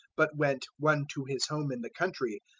but went, one to his home in the country,